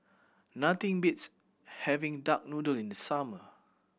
nothing beats having duck noodle in the summer